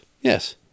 Yes